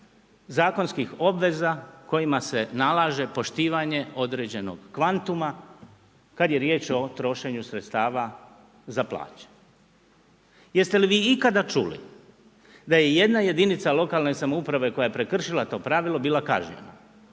zakonskih obveza kojima se nalaže poštivanje kvantuma kad je riječ o trošenju za plaćanje. Jeste li vi ikada čuli da je jedna jedinica lokalne samouprave koja je prekršila to pravilo bila kažnjena